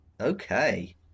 Okay